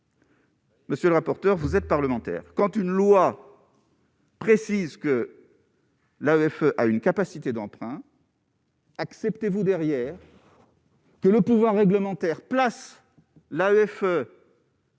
Monsieur le rapporteur, vous êtes parlementaire quand une loi. Précise que l'AMF a une capacité d'emprunt. Acceptez-vous derrière que le pouvoir réglementaire place l'AFE.